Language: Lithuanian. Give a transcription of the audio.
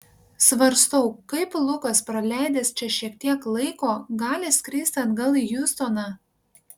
svarstau kaip lukas praleidęs čia šiek tiek laiko gali skristi atgal į hjustoną